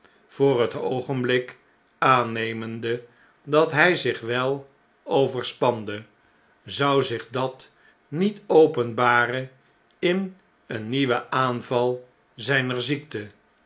voor het oogenblik aannemende dat hy zich wel over spande zou zich dat niet openbaren in een nieuwen aanval zgner ziekte